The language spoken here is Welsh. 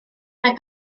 mae